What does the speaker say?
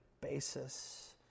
basis